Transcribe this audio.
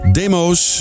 demo's